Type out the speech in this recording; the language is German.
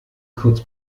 kurz